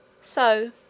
So